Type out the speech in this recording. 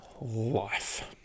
life